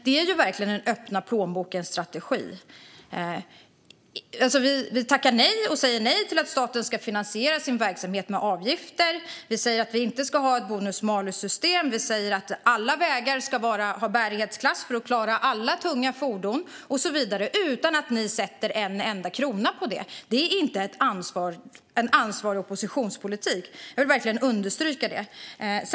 Det är verkligen en öppna-plånboken-strategi: Ni säger nej till att staten ska finansiera sin verksamhet med avgifter. Ni säger att vi inte ska ha ett bonus-malus-system. Ni säger att alla vägar ska ha bärighetsklass för att klara alla tunga fordon och så vidare men utan att avsätta en enda krona till det. Det är inte en ansvarsfull oppositionspolitik; det vill jag verkligen understryka.